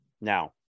Now